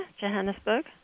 Johannesburg